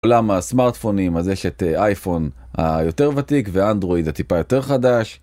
בעולם הסמארטפונים אז יש את אייפון היותר ותיק ואנדרואיד הטיפה יותר חדש